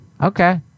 Okay